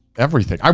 everything, um